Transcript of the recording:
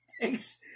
thanks